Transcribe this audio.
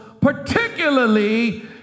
particularly